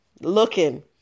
looking